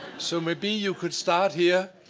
so maybe you could start here.